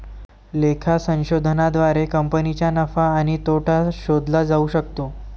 लेखा संशोधनाद्वारे कंपनीचा नफा आणि तोटा शोधला जाऊ शकतो